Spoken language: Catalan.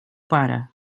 pare